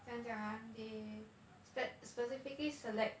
怎样讲 ah they sp~ specifically select